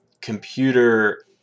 computer